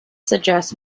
suggests